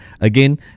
again